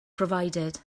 provided